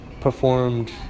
performed